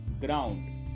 ground